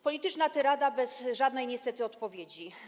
Politycznej tyrady bez żadnej niestety odpowiedzi.